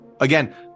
again